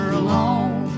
alone